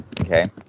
Okay